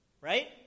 right